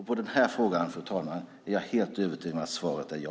På den här frågan är jag helt övertygad om att svaret är ja.